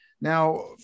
Now